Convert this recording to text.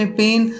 pain